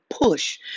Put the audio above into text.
push